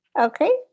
Okay